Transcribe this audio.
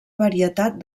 varietat